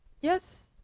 Yes